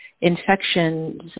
infections